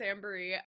Sambury